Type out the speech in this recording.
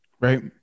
Right